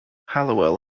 halliwell